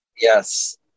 yes